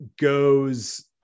goes